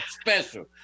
special